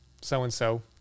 so-and-so